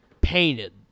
Painted